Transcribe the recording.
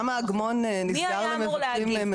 גם האגמון נסגר למבקרים מאוחר.